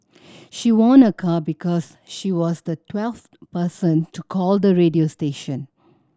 she won a car because she was the twelfth person to call the radio station